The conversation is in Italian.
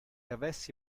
avessi